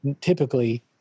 typically